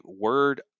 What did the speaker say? word